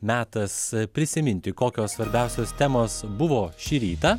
metas prisiminti kokios svarbiausios temos buvo šį rytą